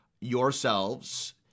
yourselves